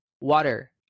Water